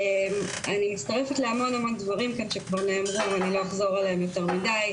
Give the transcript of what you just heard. אני מצטרפת להמון דברים כאן שכבר נאמרו ואני לא אחזור עליהם יותר מידי.